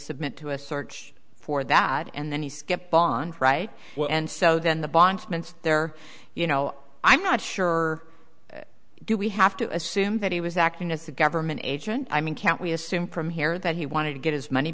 submit to a search for that and then he skipped bond right and so then the bondsman there you know i'm not sure do we have to assume that he was acting as a government agent i mean can't we assume from here that he wanted to get his money